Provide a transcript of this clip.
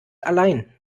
allein